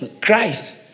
Christ